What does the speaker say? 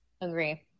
Agree